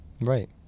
Right